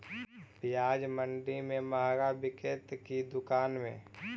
प्याज मंडि में मँहगा बिकते कि दुकान में?